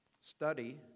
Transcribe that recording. Study